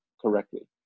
correctly